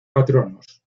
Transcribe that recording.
patronos